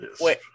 Wait